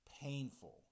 painful